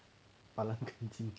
板蓝根金